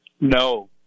No